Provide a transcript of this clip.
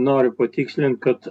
noriu patikslint kad